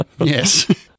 Yes